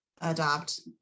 adopt